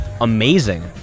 amazing